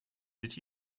did